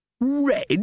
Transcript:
Red